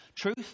Truth